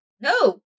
No